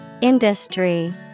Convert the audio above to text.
Industry